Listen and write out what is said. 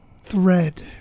thread